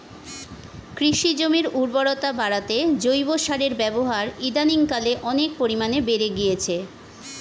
কৃষি জমির উর্বরতা বাড়াতে জৈব সারের ব্যবহার ইদানিংকালে অনেক পরিমাণে বেড়ে গিয়েছে